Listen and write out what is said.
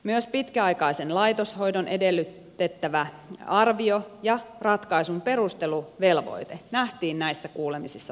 myös pitkäaikaisen laitoshoidon edellyttämä arvio ja ratkaisun perusteluvelvoite nähtiin näissä kuulemisissa tarpeelliseksi